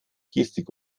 gestik